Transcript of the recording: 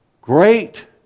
great